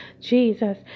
Jesus